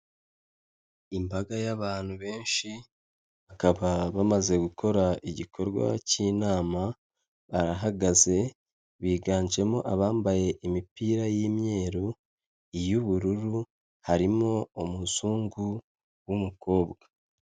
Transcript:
Imbaga y'abantu benshi bakaba bamaze gukora igikorwa cy'inama, barahagaze biganjemo abambaye imipira y'imyeru iy'ubururu harimo umuzungu w'umukobwa.